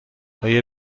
آیا